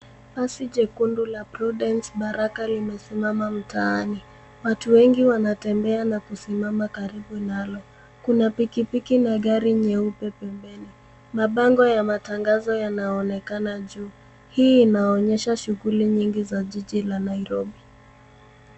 Basi jekundu la Prudence Baraka limesimama mtaani. Watu wengi wanatembea na kusimama karibu nalo. Kuna pikipiki na gari nyeupe pembeni. Mabango ya matangazo yanaonekana juu. Hii inaonyesha shughuli nyingi za jiji la Nairobi.